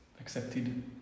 accepted